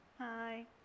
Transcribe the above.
Hi